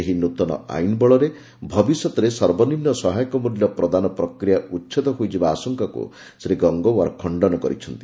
ଏହି ନୃତନ ଆଇନ୍ ବଳରେ ଭବିଷ୍ୟତରେ ସର୍ବନିମ୍ନ ସହାୟକ ମୂଲ୍ୟ ପ୍ରଦାନ ପ୍ରକ୍ରିୟା ଉଚ୍ଛେଦ ହୋଇଯିବା ଆଶଙ୍କାକୁ ଶ୍ରୀ ଗଙ୍ଗଓ୍ୱାର ଖଶ୍ତନ କରିଛନ୍ତି